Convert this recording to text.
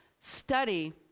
study